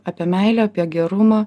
apie meilę gerumą